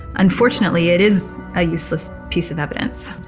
unfortunately it is a useless piece of evidence.